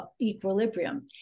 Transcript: equilibrium